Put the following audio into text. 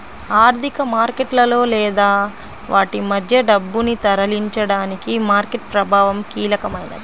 ఆర్థిక మార్కెట్లలో లేదా వాటి మధ్య డబ్బును తరలించడానికి మార్కెట్ ప్రభావం కీలకమైనది